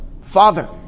Father